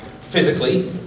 physically